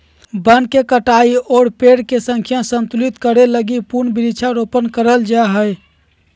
वन के कटाई और पेड़ के संख्या संतुलित करे लगी पुनः वृक्षारोपण करल जा हय